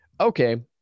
okay